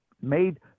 made